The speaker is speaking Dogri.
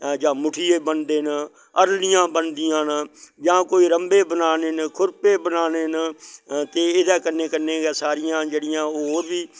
जां मुठिये बनदे न हरलियां बनदियां न जें कोई रम्बे बनाने न खुर्पे बनाने न ते एह्दै कन्नै कन्नै गै सारियां जेह्ड़ियां होर बी